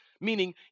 meaning